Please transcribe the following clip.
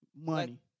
Money